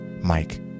Mike